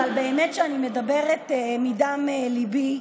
אבל באמת שאני מדברת מדם ליבי,